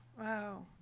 Wow